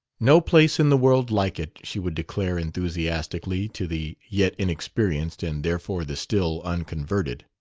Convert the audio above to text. no place in the world like it! she would declare enthusiastically to the yet inexperienced and therefore the still unconverted.